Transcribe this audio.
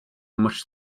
much